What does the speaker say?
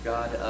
God